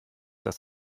dass